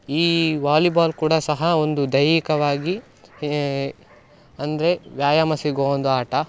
ಈ ವಾಲಿಬಾಲ್ ಕೂಡ ಸಹ ಒಂದು ದೈಹಿಕವಾಗಿ ಅಂದರೆ ವ್ಯಾಯಾಮ ಸಿಗುವ ಒಂದು ಆಟ